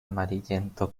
amarillento